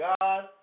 God